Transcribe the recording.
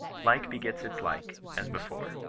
like begets its like, as before.